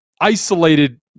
isolated